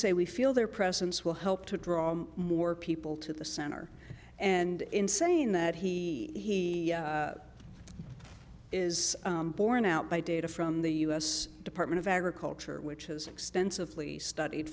say we feel their presence will help to draw more people to the center and insane that he is borne out by data from the u s department of agriculture which has extensively studied